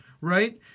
right